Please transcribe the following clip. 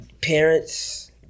parents